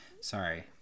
sorry